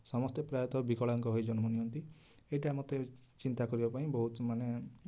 ସମସ୍ତେ ପ୍ରାୟତଃ ବିକଳାଙ୍ଗ ହୋଇ ଜନ୍ମ ନିଅନ୍ତି ଏଇଟା ମୋତେ ଚିନ୍ତା କରିବା ପାଇଁ ବହୁତ ମାନେ